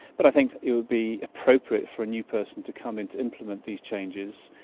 but i think it would be appropriate for a new person to come in to implement these changes,